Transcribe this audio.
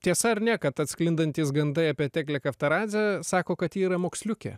tiesa ar ne kad atsklindantys gandai apie teklę taftaradzę sako kad ji yra moksliukė